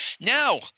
Now